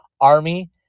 Army